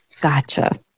Gotcha